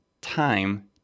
time